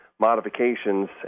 modifications